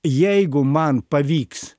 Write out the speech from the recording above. jeigu man pavyks